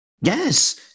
Yes